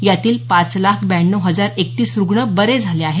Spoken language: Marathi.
यातील पाच लाख ब्याण्णव हजार एकतीस रुग्ण बरे झाले आहेत